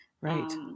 right